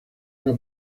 una